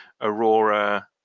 Aurora